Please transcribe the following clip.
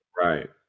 Right